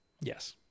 yes